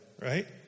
right